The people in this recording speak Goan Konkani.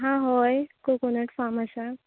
हां हय कोकोनट फार्म आसा